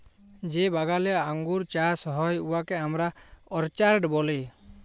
যে বাগালে আঙ্গুর চাষ হ্যয় উয়াকে আমরা অরচার্ড ব্যলি